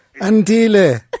Andile